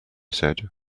said